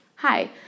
hi